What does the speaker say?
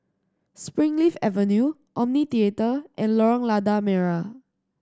Springleaf Avenue Omni Theatre and Lorong Lada Merah